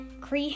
cre